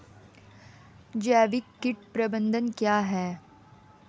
जैविक कीट प्रबंधन क्या है?